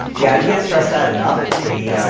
yeah. i can't stress that enough, the